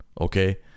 okay